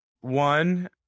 One